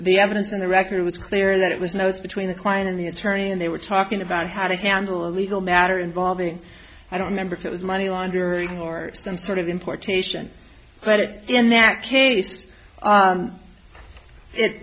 the evidence in the record was clear that it was notes between the client and the attorney and they were talking about how to handle a legal matter involving i don't remember if it was money laundering or some sort of importation but it in that case